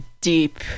deep